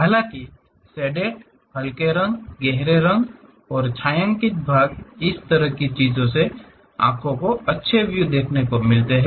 हालांकि शेडेड हल्के रंग गहरे रंगों जैसे छायांकित भाग इस तरह की चीजों से आंखों को अच्छे व्यू देखने को मिलते है